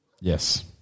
Yes